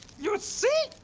you see?